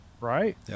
right